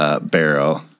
barrel